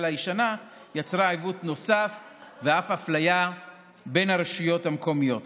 הישנה יצרה עיוות נוסף ואף אפליה בין הרשויות המקומיות.